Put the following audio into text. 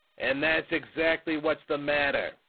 and that's exactly what's the matter!